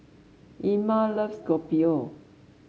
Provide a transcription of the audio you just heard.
Irma loves Kopi O